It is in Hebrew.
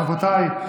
רבותיי,